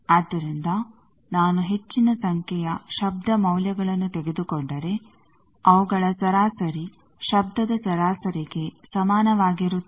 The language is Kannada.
ಆದ್ದರಿಂದ ನಾನು ಹೆಚ್ಚಿನ ಸಂಖ್ಯೆಯ ಶಬ್ಧ ಮೌಲ್ಯಗಳನ್ನು ತೆಗೆದುಕೊಂಡರೆ ಅವುಗಳ ಸರಾಸರಿ ಶಬ್ಧದ ಸರಾಸರಿಗೆ ಸಮಾನವಾಗಿರುತ್ತದೆ